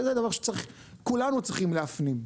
וזה דבר שצריך, כולנו צריכים להפנים.